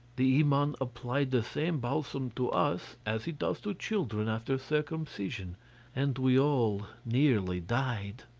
the iman applied the same balsam to us, as he does to children after circumcision and we all nearly died.